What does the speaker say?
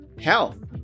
health